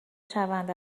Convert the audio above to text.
شوند